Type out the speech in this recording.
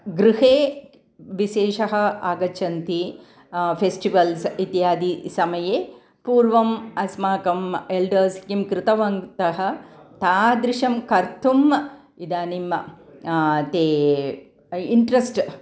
गृहे विशेषः आगच्छन्ति फ़ेस्टिवल्स् इत्यादि समये पूर्वम् अस्माकम् एल्डर्स् किं कृतवन्तः तादृशं कर्तुम् इदानीं ते इन्ट्रस्ट्